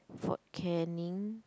Fort Caning